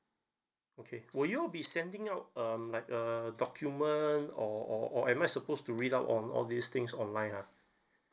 okay will you all be sending out um like a document or or or am I supposed to read up on all these things online ha